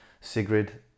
Sigrid